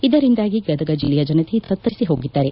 ಇದರಿಂದಾಗಿ ಗದಗ ಜಿಲ್ಲೆಯ ಜನತೆ ತತ್ತರಿಸಿ ಹೋಗಿದ್ದಾರೆ